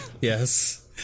Yes